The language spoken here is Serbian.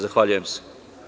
Zahvaljujem se.